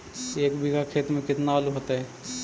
एक बिघा खेत में केतना आलू होतई?